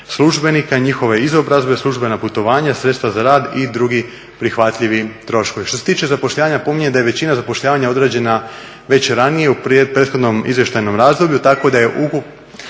službenika, njihove izobrazbe, službena putovanja, sredstva za rad i drugi prihvatljivi troškovi. Što se tiče zapošljavanja napominjem da je većina zapošljavanja odrađena već ranije u prethodnom izvještajnom razdoblju tako da je ukupno